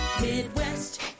Midwest